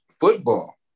football